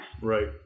Right